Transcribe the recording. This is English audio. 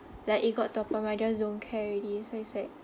like it got to a point where I just don't care already so it's like